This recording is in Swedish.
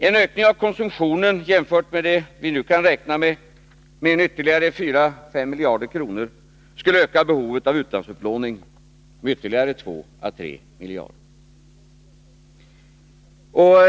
En ökning av konsumtionen — jämfört med det vi nu kan räkna med — med ytterligare 4-5 miljarder kronor skulle öka behovet av utlandsupplåningen med ytterligare 2 å 3 miljarder kronor.